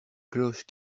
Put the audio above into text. cloches